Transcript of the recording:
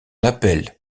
appel